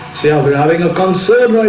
see how we're having a concert,